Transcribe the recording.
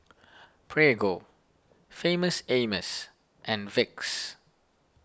Prego Famous Amos and Vicks